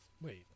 wait